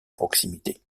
proximité